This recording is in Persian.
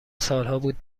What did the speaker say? سالهابود